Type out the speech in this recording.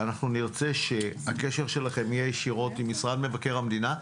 אנחנו נרצה שהקשר שלכם יהיה ישירות עם משרד מבקר המדינה,